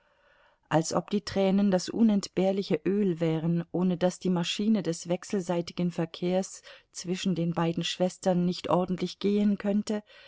als ob die tränen das unentbehrliche öl wären ohne das die maschine des wechselseitigen verkehrs zwischen den beiden schwestern nicht ordentlich gehen könnte